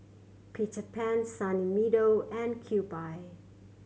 Peter Pan Sunny Meadow and Kewpie